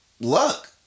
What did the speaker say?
luck